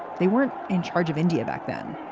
they weren't in charge of india back then.